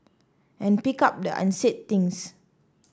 and pick up the unsaid things